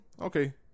okay